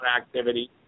activity